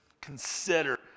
consider